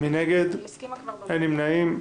אין נמנעים,